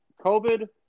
COVID